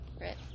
right